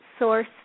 source